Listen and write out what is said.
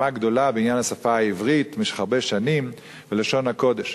גדולה בעניין השפה העברית ולשון הקודש.